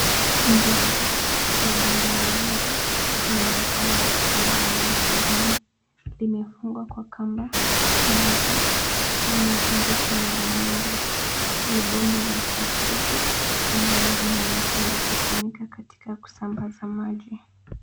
Miviringo ya bomba la maji inaonekana likiwa na rangi ya kijani limefungwa kwa kamba nyeupe linazungukwa mara mingi. Ni bomba la plastiki ambayo inaonekana kutumika katika kusambaza maji.